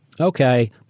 okay